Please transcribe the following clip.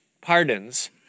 pardons